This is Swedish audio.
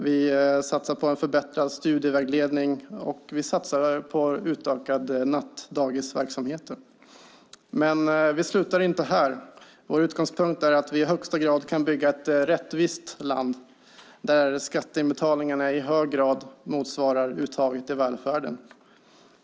Vi satsar på en förbättrad studievägledning, och vi satsar på utökade nattdagisverksamheter. Men vi slutar inte här. Vår utgångspunkt är att vi i högsta grad kan bygga ett rättvist land, där skatteinbetalningarna i hög grad motsvarar uttaget i välfärden.